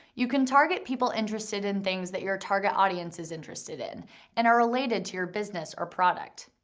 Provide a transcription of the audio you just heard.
you can target people interested in things that your target audience is interested in and are related to your business or product.